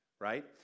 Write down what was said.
right